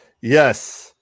yes